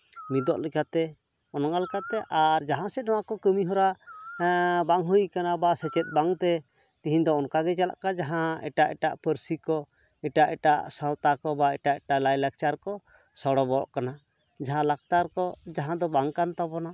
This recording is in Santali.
ᱢᱤᱫᱚᱜ ᱞᱮᱠᱟᱛᱮ ᱚᱱᱟᱞᱮᱠᱟᱛᱮ ᱟᱨ ᱡᱟᱦᱟᱸ ᱥᱮᱡ ᱚᱱᱟ ᱠᱚ ᱠᱟᱹᱢᱤᱦᱚᱨᱟ ᱵᱟᱝ ᱦᱩᱭᱟᱠᱟᱱᱟ ᱵᱟ ᱥᱮᱪᱮᱫ ᱵᱟᱝᱛᱮ ᱛᱤᱦᱤᱧ ᱫᱚ ᱚᱱᱠᱟ ᱜᱮ ᱪᱟᱞᱟᱜ ᱠᱟᱱᱟ ᱡᱟᱦᱟᱸ ᱮᱴᱟᱜ ᱮᱴᱟᱜ ᱯᱟᱹᱨᱥᱤ ᱠᱚ ᱮᱴᱟᱜ ᱮᱴᱟᱜ ᱥᱟᱶᱛᱟ ᱠᱚ ᱵᱟ ᱮᱴᱟᱜ ᱮᱴᱟᱜ ᱞᱟᱭᱼᱞᱟᱠᱪᱟᱨ ᱠᱚ ᱥᱚᱲᱚ ᱵᱚᱞᱚᱜ ᱠᱟᱱᱟ ᱡᱟᱦᱟᱸ ᱞᱟᱠᱪᱟᱨ ᱠᱚ ᱡᱟᱦᱟᱸ ᱫᱚ ᱵᱟᱝ ᱠᱟᱱ ᱛᱟᱵᱚᱱᱟ